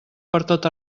pertot